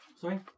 Sorry